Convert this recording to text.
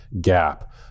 gap